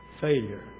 Failure